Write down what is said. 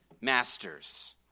masters